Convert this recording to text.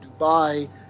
Dubai